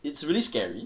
it's really scary